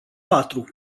patru